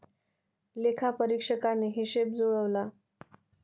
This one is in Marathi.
लेखापरीक्षकाने हिशेब जुळवला